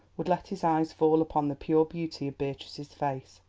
would let his eyes fall upon the pure beauty of beatrice's face,